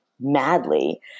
madly